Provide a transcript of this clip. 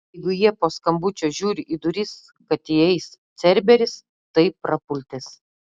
jeigu jie po skambučio žiūri į duris kad įeis cerberis tai prapultis